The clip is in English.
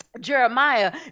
jeremiah